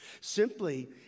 Simply